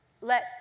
let